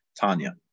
Tanya